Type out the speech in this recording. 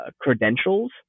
credentials